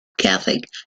catholic